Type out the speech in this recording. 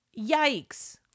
Yikes